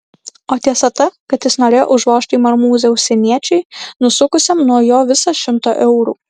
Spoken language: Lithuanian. o tiesa ta kad jis norėjo užvožti į marmūzę užsieniečiui nusukusiam nuo jo visą šimtą eurų